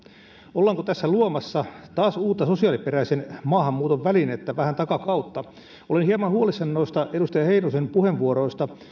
ollaanko tässä luomassa taas uutta sosiaaliperäisen maahanmuuton välinettä vähän takakautta olen hieman huolissani noista edustaja heinosen puheenvuoroista